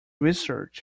research